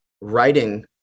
writing